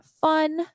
Fun